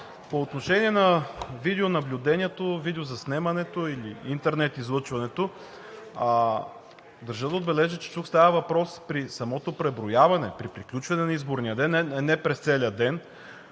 по отношение на видеонаблюдението, видеозаснемането или интернет излъчването държа да отбележа, че тук става въпрос при самото преброяване, при приключване на изборния ден, не през целия ден,